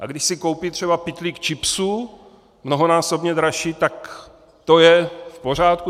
A když si koupí třeba pytlík chipsů, mnohonásobně dražší, tak to je v pořádku?